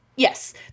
Yes